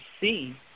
see